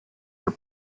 her